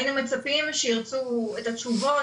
היינו מצפים שהם ירצו את התשובות,